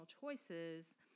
choices